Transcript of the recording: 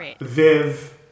Viv